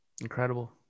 Incredible